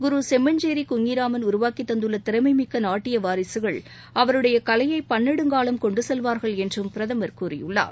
குரு செம்மஞ்சேரி குஞ்ஞிராமன் உருவாக்கித் தந்துள்ள திறமைமிக்க நாட்டிய வாரிசுகள் அவருடைய கலையை பன்நெடுங்காலம் கொண்டு செல்வார்கள் என்றும் பிரதமர் கூறியுள்ளார்